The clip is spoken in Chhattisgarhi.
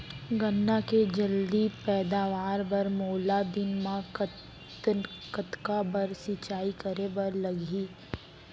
गन्ना के जलदी पैदावार बर, मोला दिन मा कतका बार सिंचाई करे बर लागही?